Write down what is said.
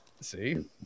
see